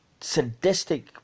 sadistic